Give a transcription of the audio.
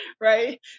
right